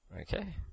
Okay